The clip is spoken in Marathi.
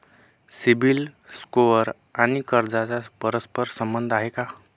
सिबिल स्कोअर आणि कर्जाचा परस्पर संबंध आहे का?